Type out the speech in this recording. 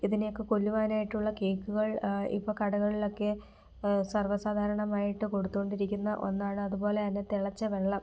ഇതിനെയൊക്കെ കൊല്ലുവാനായിട്ടുള്ള കേക്കുകൾ ഇപ്പോള് കടകളിലൊക്കെ സർവ്വ സാധാരണമായിട്ട് കൊടുത്തുകൊണ്ടിരിക്കുന്ന ഒന്നാണ് അതുപോലെതന്നെ തിളച്ച വെള്ളം